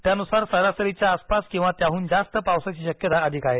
त्यानुसार सरासरीच्या आसपास किंवा त्याहून जास्त पावसाची शक्यता अधिक आहे